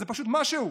זה פשוט מה שהוא